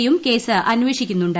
യും കേസ് അന്വേഷിക്കുന്നുണ്ട്